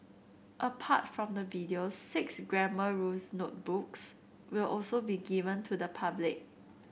apart from the videos six grammar rules notebooks will also be given to the public